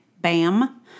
BAM